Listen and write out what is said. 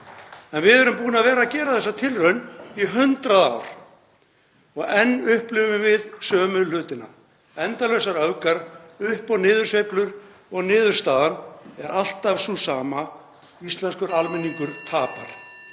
En við erum búin að vera að gera þessa tilraun í 100 ár og enn upplifum við sömu hlutina; endalausar öfgar, upp- og niðursveiflur og niðurstaðan er alltaf sú sama: Íslenskur almenningur tapar.